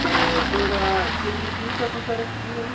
ते थुआढ़ी किन्नी फीस ऐ तुसें रक्खी हून